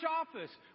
office